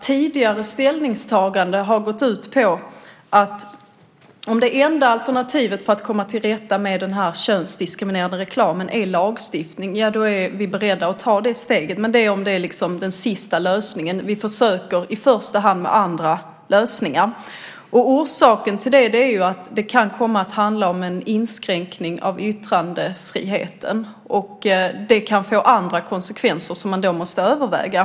Tidigare ställningstagande har gått ut på att om lagstiftning är det enda alternativet för att komma till rätta med den könsdiskriminerande reklamen, ja då är vi beredda att ta det steget. Men det är sista utvägen. I första hand försöker vi hitta andra lösningar. Orsaken till det är att det kan komma att handla om en inskränkning av yttrandefriheten, vilket kan få andra konsekvenser som man då måste överväga.